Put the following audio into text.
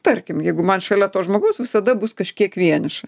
tarkim jeigu man šalia to žmogaus visada bus kažkiek vieniša